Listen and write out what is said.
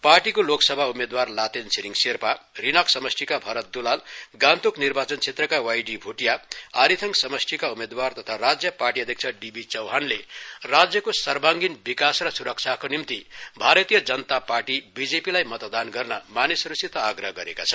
पार्टीको लोकसभा उम्मेदवार लातेन छिरीङ सेर्पा रिनाक समष्टिका भारत द्लाल गान्तोक निर्वाचन क्षेत्रका वाई डी भोटिया आरीथागं स्मष्टिका उम्मेदवार तथा राज्य पार्टी अध्यक्ष डि बि चौहानले राज्यको सर्वाङ्गीण विकास र स्रक्षाको निम्ति भारतीय जनता पार्टी बिजेपिलाई मतदान गर्न मानिसहरूसित आग्रह गरेका छन्